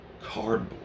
Cardboard